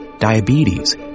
diabetes